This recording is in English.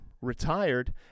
retired